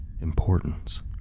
importance